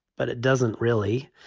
but it doesn't really.